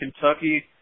Kentucky